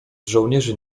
żołnierzy